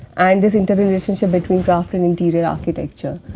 and this inter relationship between craft and interior-architecture.